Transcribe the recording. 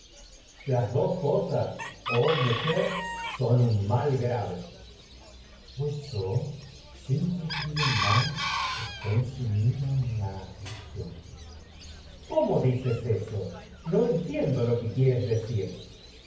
un coro cosas yo oh mujer sufrir el mal grave tecmesa pues en sin mal estoy sumida la aflicción coro decir cómo dices eso no entiendo lo que quieres